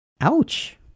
Ouch